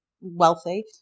wealthy